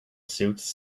suits